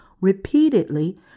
repeatedly